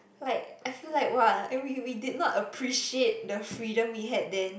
like I feel like !wah! and we we did not appreciate the freedom we had then